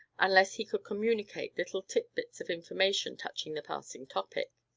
unless he could communicate little tit-bits of information touching the passing topic.